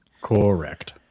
Correct